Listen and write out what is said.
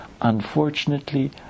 Unfortunately